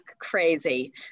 crazy